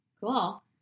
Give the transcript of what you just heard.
Cool